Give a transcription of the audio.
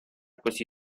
così